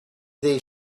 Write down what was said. they